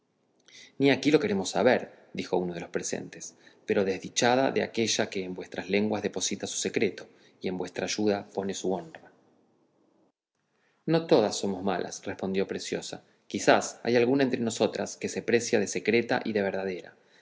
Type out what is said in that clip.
ni aquí lo queremos saber dijo uno de los presentes pero desdichada de aquella que en vuestras lenguas deposita su secreto y en vuestra ayuda pone su honra no todas somos malas respondió preciosa quizá hay alguna entre nosotras que se precia de secreta y de verdadera